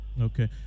Okay